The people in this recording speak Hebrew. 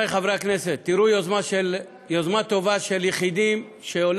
שכל תפקידן לעקוב אחר התבטאויות לא